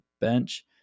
bench